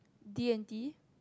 D-and-T